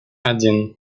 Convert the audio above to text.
один